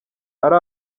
ari